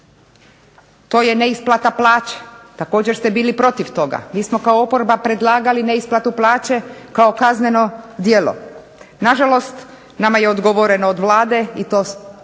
to je neisplata plaća, također ste bili protiv toga. Mi smo kao oporba predlagali neisplatu plaće kao kazneno djelo. Nažalost, nama je odgovoreno od Vlade i to